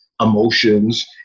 emotions